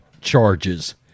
charges